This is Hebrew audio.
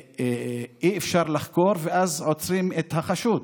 שאי-אפשר לחקור ואז עוצרים את החשוד,